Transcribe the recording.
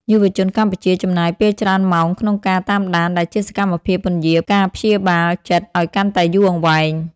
យុវជនកម្ពុជាចំណាយពេលច្រើនម៉ោងក្នុងការ "តាមដាន" ដែលជាសកម្មភាពពន្យារការព្យាបាលចិត្តឱ្យកាន់តែយូរអង្វែង។